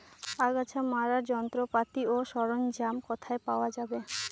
আগাছা মারার যন্ত্রপাতি ও সরঞ্জাম কোথায় পাওয়া যাবে?